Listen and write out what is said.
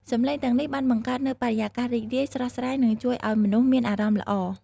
សំឡេងទាំងនេះបានបង្កើតនូវបរិយាកាសរីករាយ ស្រស់ស្រាយ និងជួយឱ្យមនុស្សមានអារម្មណ៍ល្អ។